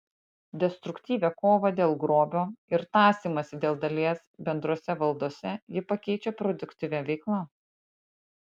destruktyvią kovą dėl grobio ir tąsymąsi dėl dalies bendrose valdose ji pakeičia produktyvia veikla